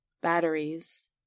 Batteries